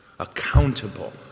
accountable